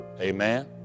Amen